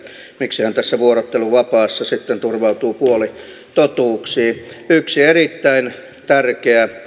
miksi hän tässä vuorotteluvapaassa sitten turvautuu puolitotuuksiin yksi erittäin tärkeä